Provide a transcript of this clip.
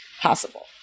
possible